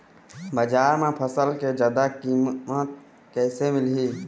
बजार म फसल के जादा कीमत कैसे मिलही?